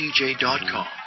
DJ.com